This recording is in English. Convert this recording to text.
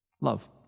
Love